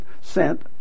sent